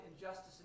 injustice